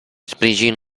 sprijin